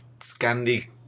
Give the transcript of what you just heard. Scandi